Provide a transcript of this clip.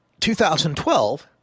2012